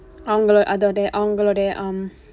அவங்களோட அதோட அவங்களோட:avangkalooda athooda avangkalooda um